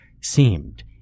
seemed